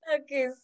okay